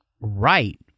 right